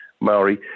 Maori